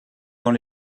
dans